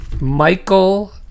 Michael